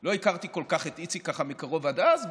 ולא הכרתי כל כך את איציק ככה מקרוב עד אז,